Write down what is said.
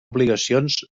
obligacions